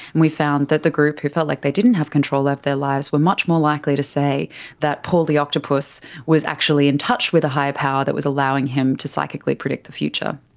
we found that the group who felt like they didn't have control over their lives were much more likely to say that paul the octopus was actually in touch with a higher power that was allowing him to psychically predict the future.